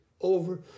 over